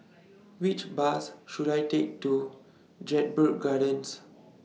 Which Bus should I Take to Jedburgh Gardens